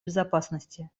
безопасности